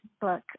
book